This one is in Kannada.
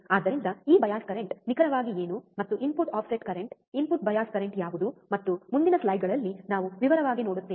ಆದ್ದರಿಂದ ಈ ಬಯಾಸ್ ಕರೆಂಟ್ ನಿಖರವಾಗಿ ಏನು ಮತ್ತು input offset current input bias current ಯಾವುದು ಮತ್ತು ಮುಂದಿನ ಸ್ಲೈಡ್ಗಳಲ್ಲಿ ನಾವು ವಿವರವಾಗಿ ನೋಡುತ್ತೇವೆ